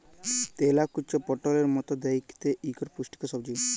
তেলাকুচা পটলের মত দ্যাইখতে ইকট পুষ্টিকর সবজি